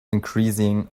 increasing